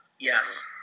Yes